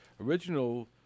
original